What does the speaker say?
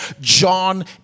John